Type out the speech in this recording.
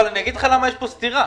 פה סתירה.